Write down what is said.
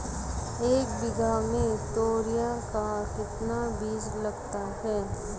एक बीघा में तोरियां का कितना बीज लगता है?